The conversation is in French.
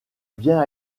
bien